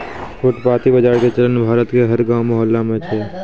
फुटपाती बाजार के चलन भारत के हर गांव मुहल्ला मॅ छै